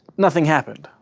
nothing happened.